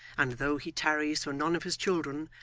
and, though he tarries for none of his children,